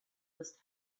must